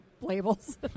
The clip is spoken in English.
labels